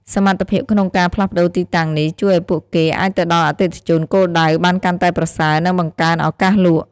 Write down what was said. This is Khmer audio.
សមត្ថភាពក្នុងការផ្លាស់ប្តូរទីតាំងនេះ ជួយឲ្យពួកគេអាចទៅដល់អតិថិជនគោលដៅបានកាន់តែប្រសើរ និងបង្កើនឱកាសលក់។